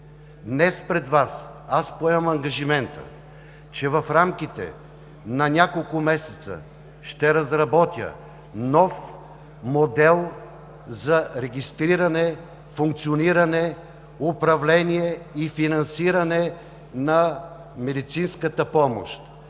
Днес пред Вас аз поемам ангажимента, че в рамките на няколко месеца ще разработя нов модел за регистриране, функциониране, управление и финансиране на медицинската помощ.